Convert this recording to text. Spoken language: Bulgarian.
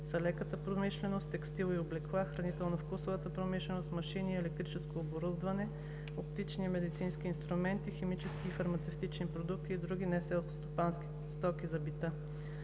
са лека промишленост, текстил и облекла, хранително-вкусова промишленост, машини и електрическо оборудване, оптични и медицински инструменти, химически и фармацевтични продукти и други неселскостопански стоки за бита.